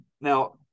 now